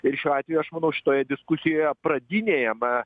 ir šiuo atveju aš manau šitoje diskusijoje pradinėje ma